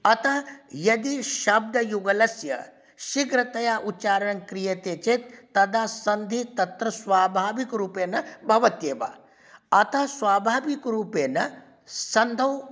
अतः यदि शब्दयुगलस्य शीघ्रतया उच्चारणं क्रियते चेत् तदा सन्धिः तत्र स्वाभाविकरूपेण भवति एव अतः स्वाभाविकरूपेण सन्धौ